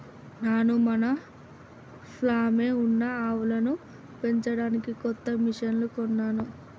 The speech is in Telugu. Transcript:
నాను మన ఫామ్లో ఉన్న ఆవులను పెంచడానికి కొత్త మిషిన్లు కొన్నాను